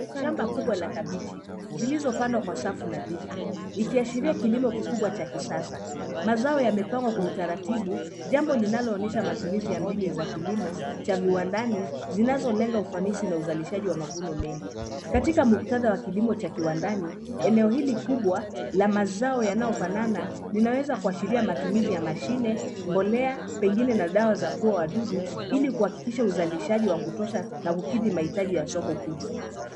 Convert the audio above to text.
Shamba kubwa la kabeji zilizopandwa kwa safu nadhifu ikiashiria kilimo kikubwa cha kisasa. Mazao yamepangwa kwa utaratibu, jambo linaloonyesha matumizi ya mbinu za kilimo cha viwandani zinazolenga ufanisi na uzalishaji wa mavuno mengi. Katika muktadha WA kilimo cha kiwandani eneo hili kubwa la mazao yanayofanana inaweza kuashiria matumizi ya mashine, mbolea, pengine na dawa za kuua wadudu ili kuhakikisha uzalishaji wa kutosha na kukidhi mahitaji ya soko kubwa.